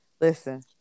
Listen